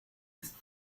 ist